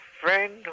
friend